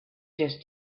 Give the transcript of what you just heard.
just